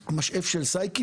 המשאף של סאיקי,